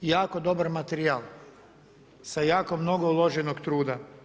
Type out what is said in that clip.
Jako dobar materijal sa jako mnogo uloženog truda.